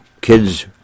kids